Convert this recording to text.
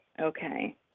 Okay